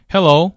Hello